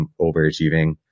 overachieving